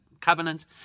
covenant